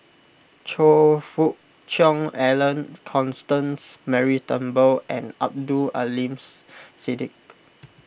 Choe Fook Cheong Alan Constance Mary Turnbull and Abdul Aleems Siddique